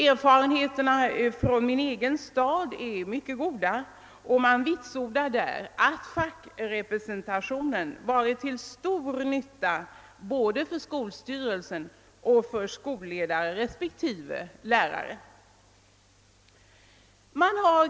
Erfarenheterna från min egen stad är mycket goda, och man vitsordar där att fackrepresentationen varit till stor nytta både för skolstyrelse och för skolledare och respektive lärare.